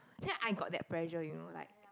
then I got that pressure you know like